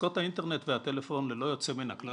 עסקות האינטרנט והטלפון ללא יוצא מן הכלל,